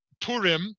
Purim